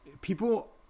people